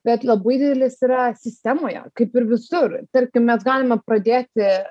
bet labai didelis yra sistemoje kaip ir visur tarkim mes galime pradėti